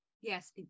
Yes